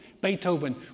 Beethoven